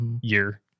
year